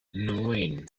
neun